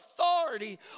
authority